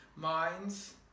minds